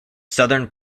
southern